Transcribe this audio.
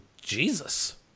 Jesus